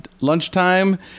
lunchtime